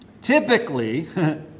Typically